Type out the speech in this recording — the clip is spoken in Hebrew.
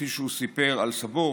כפי שהוא סיפר על סבו,